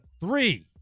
three